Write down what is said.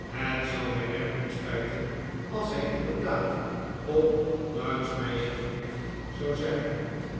het zou mij werkelijk spijten als hij inderdaad op een duitsch meisje verliefd zou zijn